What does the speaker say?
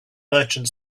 merchant